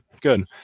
good